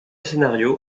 scénario